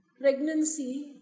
pregnancy